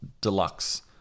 deluxe